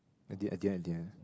at the at the end